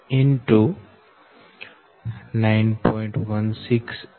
0713